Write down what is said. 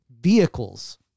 vehicles